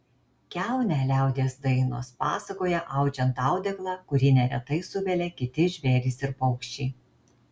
kiaunę liaudies dainos pasakoja audžiant audeklą kurį neretai suvelia kiti žvėrys ir paukščiai